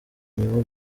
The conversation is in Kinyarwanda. inyuma